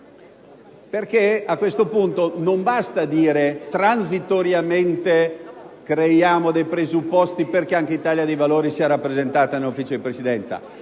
perché, a questo punto, non basta creare transitoriamente i presupposti perché anche l'Italia dei Valori sia rappresentata nel Consiglio di Presidenza: